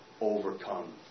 overcome